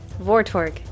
Vortorg